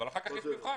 אבל אחר כך יש מבחן.